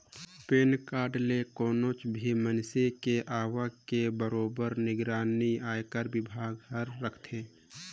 PAN number ले कोनो भी मइनसे के आवक के बरोबर निगरानी आयकर विभाग हर राखथे